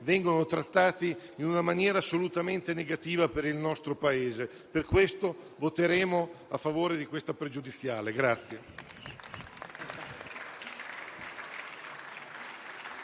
vengono trattati in una maniera assolutamente negativa per il nostro Paese. Per questo voteremo a favore della questione pregiudiziale.